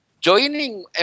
joining